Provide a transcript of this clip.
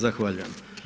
Zahvaljujem.